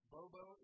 Bobo